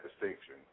distinction